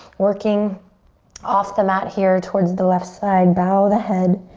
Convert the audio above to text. working off the mat here towards the left side, bow the head.